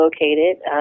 located